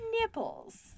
nipples